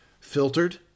filtered